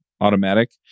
automatic